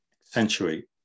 Accentuate